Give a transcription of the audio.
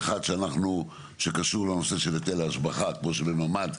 הבאה כמובן שתהיה חבות בהיטל השבחה.